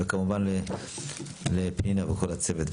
וכמובן לפנינה וכל הצוות,